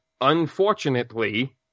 unfortunately